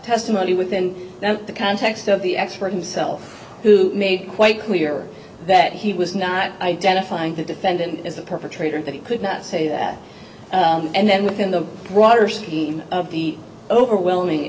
testimony within the context of the actual self who made it quite clear that he was not identifying the defendant as the perpetrator that he could not say that and then within the broader scheme of the overwhelming